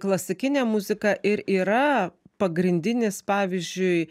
klasikinė muzika ir yra pagrindinis pavyzdžiui